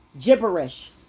Gibberish